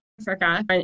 Africa